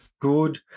good